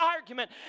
argument